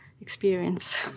experience